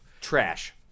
trash